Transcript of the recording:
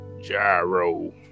gyro